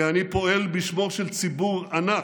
כי אני פועל בשמו של ציבור ענק,